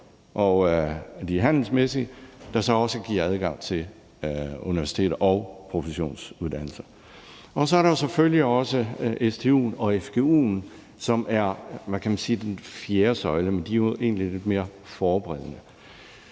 det handelsmæssige – der så også giver adgang til universiteter og professionsuddannelser. Så er der selvfølgelig også stu'en og fgu'en, som er, hvad kan man sige, den fjerde søjle, men de er jo egentlig lidt mere forberedende.